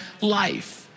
life